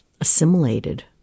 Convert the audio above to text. assimilated